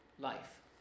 life